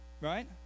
Right